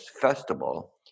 festival